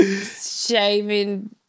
shaving